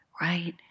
right